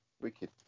wicked